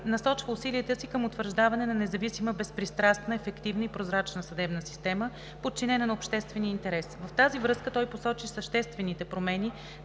насочва усилията си към утвърждаване на независима, безпристрастна, ефективна и прозрачна съдебна система, подчинена на обществения интерес. В тази връзка той посочи съществените промени,